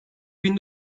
bin